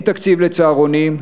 אין תקציב לצהרונים,